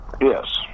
Yes